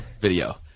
video